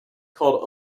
called